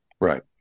Right